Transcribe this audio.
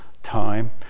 time